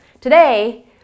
Today